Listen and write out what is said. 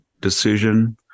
decision